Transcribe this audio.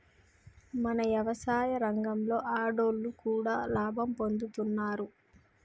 మన యవసాయ రంగంలో ఆడోళ్లు కూడా లాభం పొందుతున్నారు